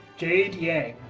jade yang,